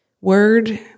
Word